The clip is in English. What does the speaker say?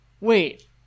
wait